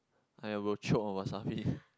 I will choke on wasabi